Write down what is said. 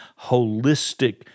holistic